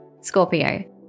Scorpio